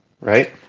right